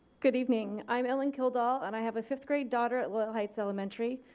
good evening. i'm ellen kildal and i have a fifth-grade daughter at loyal heights elementary.